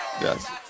Yes